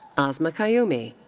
asma qaiyumi.